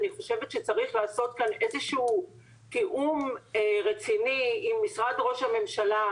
אני חושבת שצריך לעשות כאן איזה שהוא תיאום רציני עם משרד ראש הממשלה,